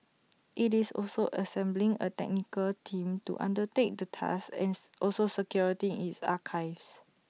IT is also assembling A technical team to undertake the task ends also security its archives